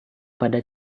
pada